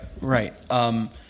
right